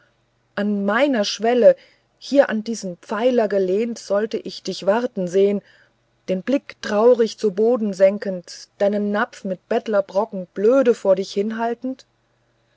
an meiner schwelle hier an diesen pfeiler gelehnt sollte ich dich warten sehen den blick traurig zu boden senkend deinen napf um bettlerbrocken blöde vor dich hinhaltend